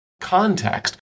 context